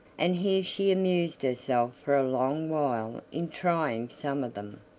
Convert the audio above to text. and here she amused herself for a long while in trying some of them,